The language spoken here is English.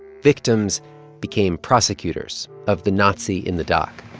victims became prosecutors of the nazi in the dock